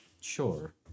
sure